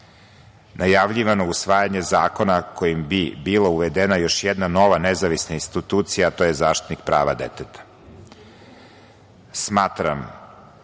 najavljivano usvajanje zakona kojim bi bila uvedena još jedna nova nezavisna institucija to zaštitnik prava deteta. Smatram